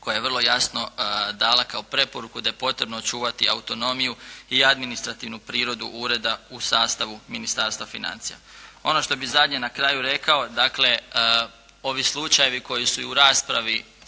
koja je vrlo jasno dala kao preporuku da je potrebno čuvati autonomiju i administrativnu prirodu ureda u sastavu Ministarstva financija. Ono što bih zadnje na kraju rekao, dakle ovi slučajevi koji su i u raspravi spomenuti